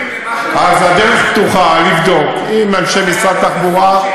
אז הדרך פתוחה לבדוק עם אנשי משרד התחבורה,